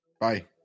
Bye